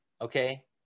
okay